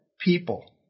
people